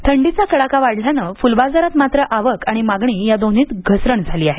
थंडीचा कडाका वाढल्यानं फ्रल बाजारात मात्र आवक आणि मागणी या दोन्हीत घसरण झाली आहे